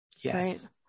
Yes